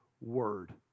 word